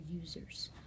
users